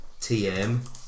TM